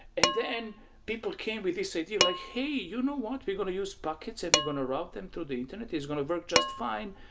and then people came with this idea, like, hey! you know what? we're going to use buckets and we're going to route them to the internet. it's going to work just fine.